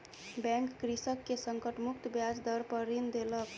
bank कृषक के संकट मुक्त ब्याज दर पर ऋण देलक